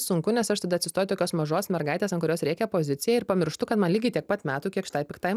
sunku nes aš tada atsistoju tokios mažos mergaitės ant kurios rėkia pozicijoj ir pamirštu kad man lygiai tiek pat metų kiek šitai piktai